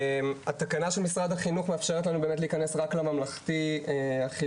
התקנה של משרד החינוך מאפשרת לנו באמת להיכנס רק לממלכתי החילוני.